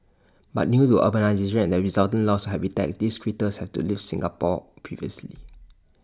but due to urbanisation and the resultant loss habitats these critters have to leave Singapore previously